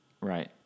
Right